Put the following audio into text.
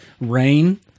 rain